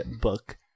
book